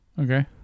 Okay